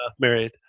married